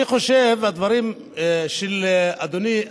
אני חושב שהדברים של אדוני,